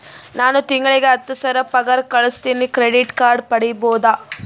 ನಾನು ತಿಂಗಳಿಗೆ ಹತ್ತು ಸಾವಿರ ಪಗಾರ ಗಳಸತಿನಿ ಕ್ರೆಡಿಟ್ ಕಾರ್ಡ್ ಪಡಿಬಹುದಾ?